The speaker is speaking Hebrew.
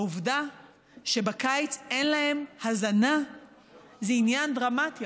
העובדה שבקיץ אין להם הזנה היא עניין דרמטי.